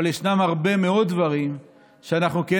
אבל ישנם הרבה מאוד דברים שאנחנו כן